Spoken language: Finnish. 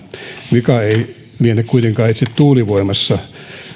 vika ei liene kuitenkaan itse tuulivoimassa